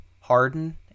Harden